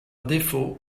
défaut